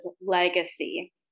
legacy